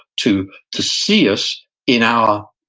to to see us in our,